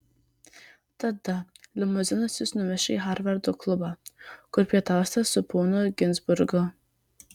tada limuzinas jus nuveš į harvardo klubą kur pietausite su ponu ginzburgu